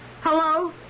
Hello